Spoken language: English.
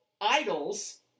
idols